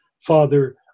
father